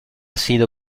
sido